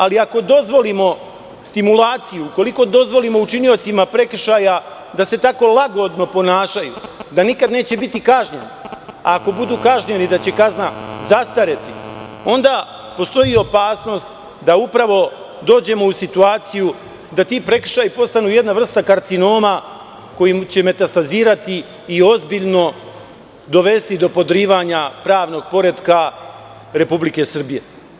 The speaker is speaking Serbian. Ali, ako dozvolimo stimulaciju, ukoliko dozvolimo učiniocima prekršaja da se tako lagodno ponašaju, da nikad neće biti kažnjen, ako budu kažnjeni da će kazna zastareti, onda postoji opasnost da upravo dođemo u situaciju da ti prekršaji postanu jedna vrsta karcinoma koji će metastazirati i ozbiljno dovesti do podrivanja pravnog poretka Republike Srbije.